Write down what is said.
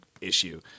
issue